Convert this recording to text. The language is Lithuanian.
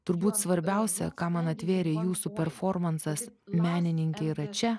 turbūt svarbiausia ką man atvėrė jūsų performansas menininkė yra čia